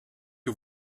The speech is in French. que